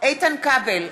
איתן כבל,